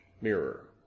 mirror